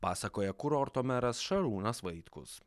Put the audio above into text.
pasakoja kurorto meras šarūnas vaitkus